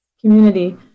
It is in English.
community